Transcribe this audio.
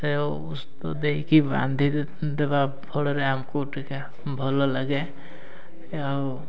ସେ ଦେଇକି ବାନ୍ଧି ଦେବା ଫଳରେ ଆମକୁ ଟିକେ ଭଲ ଲାଗେ ଆଉ